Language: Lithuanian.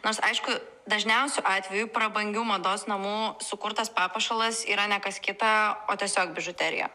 nors aišku dažniausiu atveju prabangių mados namų sukurtas papuošalas yra ne kas kita o tiesiog bižuterija